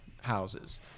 houses